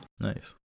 nice